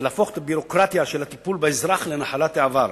ולהפוך את הביורוקרטיה של הטיפול באזרח לנחלת העבר.